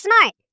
smart